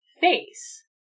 face